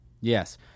Yes